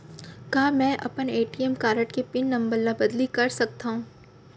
का मैं अपन ए.टी.एम कारड के पिन नम्बर ल बदली कर सकथव?